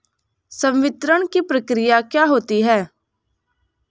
संवितरण की प्रक्रिया क्या होती है?